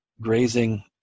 grazing